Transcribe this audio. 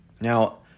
Now